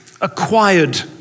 acquired